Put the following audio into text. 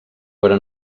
però